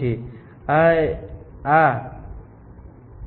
તેથી આ બંને નો ઉપયોગ કરીને હું g g લખી શકું છું